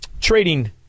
trading